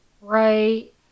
right